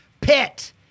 pit